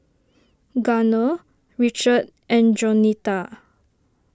Garner Richard and Jaunita